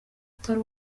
utari